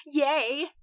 yay